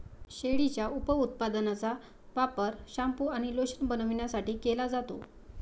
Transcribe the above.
शेळीच्या उपउत्पादनांचा वापर शॅम्पू आणि लोशन बनवण्यासाठी केला जातो